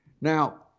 Now